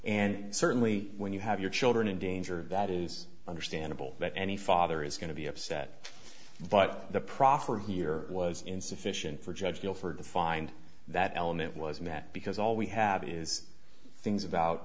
and certainly when you have your children in danger that is understandable that any father is going to be upset but the proffer here was insufficient for judge wilford to find that element was in that because all we have is things about